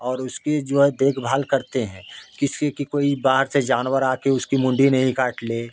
और उसकी जो है देखभाल करते है किसी की कोई बाहर से जानवर आके उसकी मुंडी नहीं काट ले